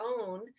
own